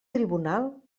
tribunal